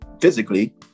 physically